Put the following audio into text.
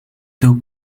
tył